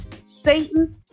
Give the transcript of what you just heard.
Satan